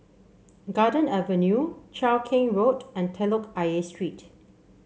Garden Avenue Cheow Keng Road and Telok Ayer Street